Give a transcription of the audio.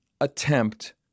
attempt